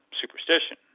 superstition